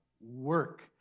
work